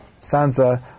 Sansa